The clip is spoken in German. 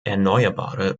erneuerbare